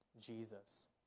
Jesus